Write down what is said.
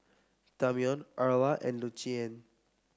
Damion Erla and Lucien